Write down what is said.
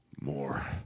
more